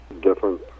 different